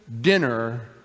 dinner